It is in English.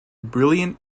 brilliant